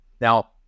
Now